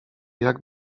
jak